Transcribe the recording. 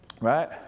right